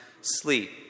sleep